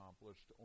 accomplished